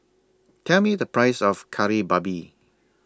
Tell Me The Price of Kari Babi